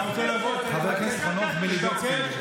חבר הכנסת חנוך מלביצקי.